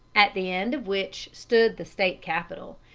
at the end of which stood the state capitol.